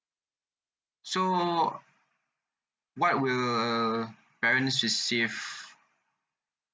so what will uh parents receive